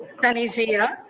sunny zia?